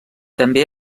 també